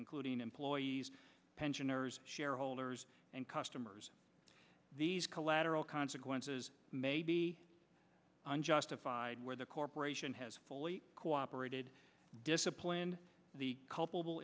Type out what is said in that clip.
including employees pensioners shareholders and customers these collateral consequences may be unjustified where the corporation has fully cooperated disciplined the culpable